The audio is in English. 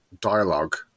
dialogue